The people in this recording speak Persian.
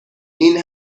این